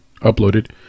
uploaded